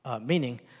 meaning